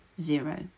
zero